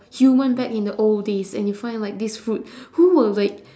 human back in the old days and you find like this fruit who will like